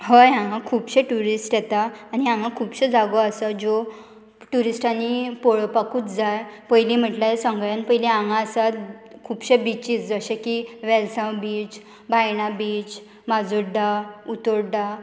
हय हांगा खुबशे ट्युरिस्ट येता आनी हांगा खुबश्यो जागो आसा ज्यो ट्युरिस्टांनी पळोवपाकूच जाय पयलीं म्हटल्यार सगळ्यान पयली हांगा आसात खुबशे बिचीस जशे की वेलसांव बीच बायणा बीच माजोड्डा उतोड्डा